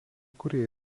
kurie